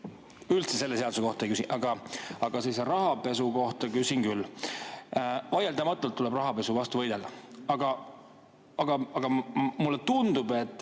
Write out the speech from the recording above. üldse selle seaduse kohta, aga rahapesu kohta küsin küll. Vaieldamatult tuleb rahapesu vastu võidelda, aga mulle tundub, et